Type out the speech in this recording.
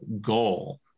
goal